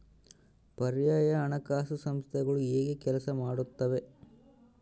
ಪರ್ಯಾಯ ಹಣಕಾಸು ಸಂಸ್ಥೆಗಳು ಹೇಗೆ ಕೆಲಸ ಮಾಡುತ್ತವೆ?